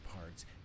parts